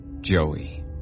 Joey